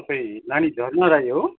तपाईँ नानी झरना राई हो